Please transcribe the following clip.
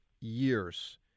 years